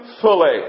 fully